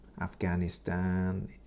afghanistan